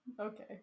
Okay